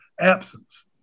absence